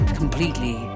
completely